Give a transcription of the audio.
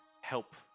help